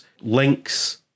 links